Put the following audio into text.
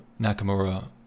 Nakamura